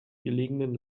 gelegenen